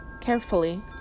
Carefully